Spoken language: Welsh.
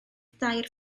dair